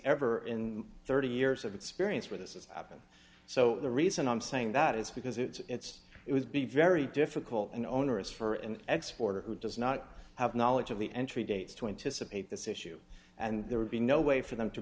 ever in thirty years of experience where this is happening so the reason i'm saying that is because it's it would be very difficult an onerous for an export or who does not have knowledge of the entry dates to intice update this issue and there would be no way for them to